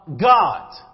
God